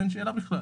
אין שאלה בכלל.